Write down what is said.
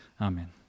Amen